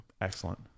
Excellent